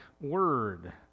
word